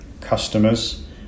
customers